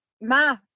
Ma